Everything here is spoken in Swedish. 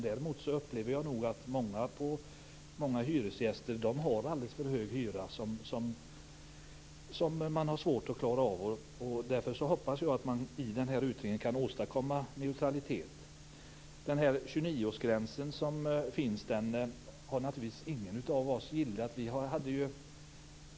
Däremot är det många hyresgäster som har en alldeles för hög hyra som de har svårt att klara av. Därför hoppas jag att man i denna utredning kan åstadkomma neutralitet. Den 29-årsgräns som finns har naturligtvis ingen av oss gillat.